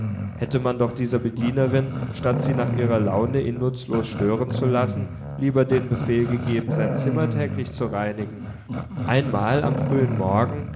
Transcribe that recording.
hätte man doch dieser bedienerin statt sie nach ihrer laune ihn nutzlos stören zu lassen lieber den befehl gegeben sein zimmer täglich zu reinigen einmal am frühen morgen